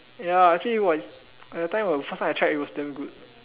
ya actually was that time first time I tried was damn good